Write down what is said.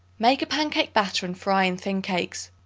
make a pancake batter and fry in thin cakes.